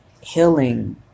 healing